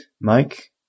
mike